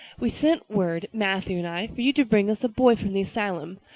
we send word, matthew and i, for you to bring us a boy from the asylum.